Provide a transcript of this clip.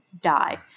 die